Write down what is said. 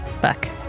Back